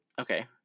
okay